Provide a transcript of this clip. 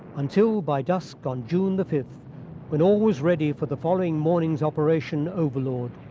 until by dusk on june the fifth when all was ready for the following morning's operation overlord.